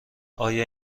آیا